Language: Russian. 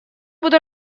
буду